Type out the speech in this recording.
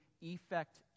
effect